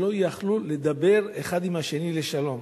שלא יכלו לדבר אחד עם השני לשלום,